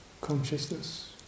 consciousness